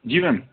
जी ma'am